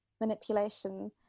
manipulation